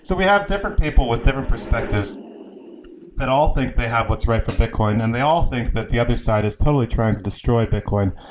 so we have different people with different perspectives that all think they have what's right for bitcoin and they call think that the other side is totally trying to destroy bitcoin.